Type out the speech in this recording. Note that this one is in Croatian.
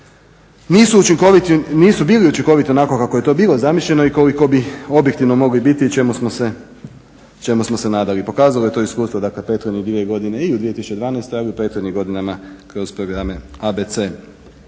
nisu bile učinkovite onako kako je to bilo zamišljeno i koliko bi objektivno mogli biti i čemu smo se nadali. I pokazalo je to iskustvo prethodnih dvije godine. I u 2012., ali i u prethodnim godinama kroz programe ABC.